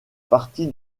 parti